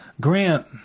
Grant